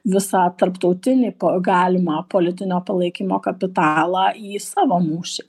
visą tarptautinį galimą politinio palaikymo kapitalą į savo mūšį